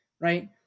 right